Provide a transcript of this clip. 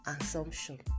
assumption